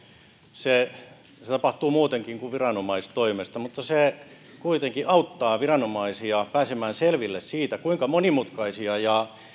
se se tapahtuu muutenkin kuin viranomaisten toimesta mutta se kuitenkin auttaa viranomaisia pääsemään selville siitä kuinka monimutkaisia ja